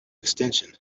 extension